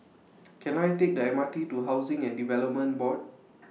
Can I Take The M R T to Housing and Development Board